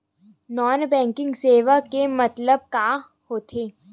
Non banking सेवा के मतलब का होथे?